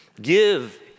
Give